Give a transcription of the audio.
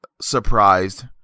surprised